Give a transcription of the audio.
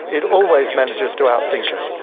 it always manages to outthink us.